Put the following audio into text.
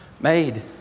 Made